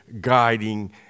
guiding